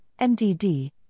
MDD